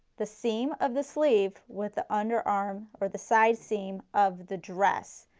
the seam of the sleeve with the underarm or the side seam of the dress.